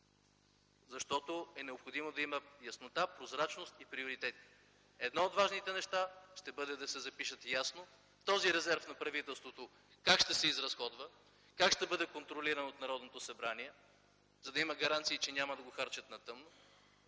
защото е необходимо да има яснота, прозрачност и приоритети. Едно от важните неща ще бъде да се запише ясно този резерв на правителството как ще се изразходва, как ще бъде контролиран от Народното събрание, за да има гаранции, че няма да го харчат на тъмно,